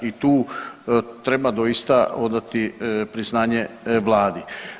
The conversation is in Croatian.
I tu treba doista odati priznanje vladi.